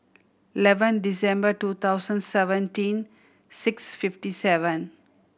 eleven December two thousand seventeen six fifty seven